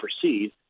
proceed